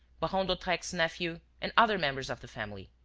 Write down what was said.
baron d'hautrec's nephew and other members of the family.